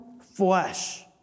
flesh